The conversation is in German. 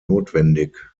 notwendig